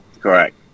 Correct